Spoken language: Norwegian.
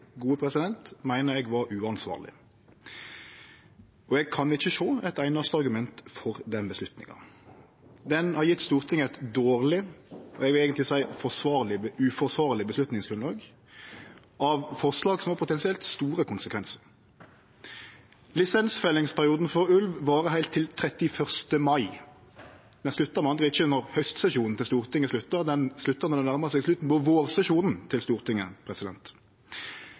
har gjeve Stortinget eit dårleg, eg vil eigentleg seie uforsvarleg, avgjerdsgrunnlag av eit forslag som potensielt har store konsekvensar. Lisensfellingsperioden for ulv varar heilt til 31. mai. Han sluttar med andre ord ikkje når høstsesjonen til Stortinget sluttar, han sluttar når det nærmar seg slutten på vårsesjonen til Stortinget.